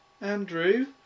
Andrew